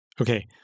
Okay